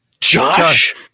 Josh